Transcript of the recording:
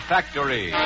Factory